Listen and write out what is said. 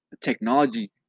technology